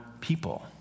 people